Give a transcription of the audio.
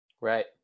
Right